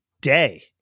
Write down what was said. day